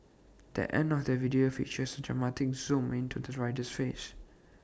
the end of the video features A dramatic zoom into the rider's face